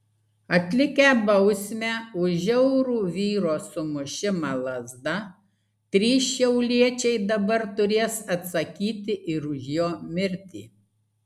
atlikę bausmę už žiaurų vyro sumušimą lazda trys šiauliečiai dabar turės atsakyti ir už jo mirtį